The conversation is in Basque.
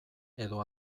edo